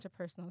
interpersonal